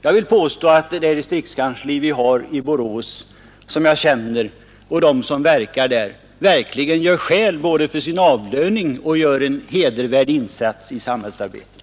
Jag vill hävda att de som verkar vid det distriktskansli vi har i Borås, som jag känner till, både gör skäl för sin lön och gör en hedervärd insats i samhällsarbetet.